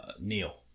Neil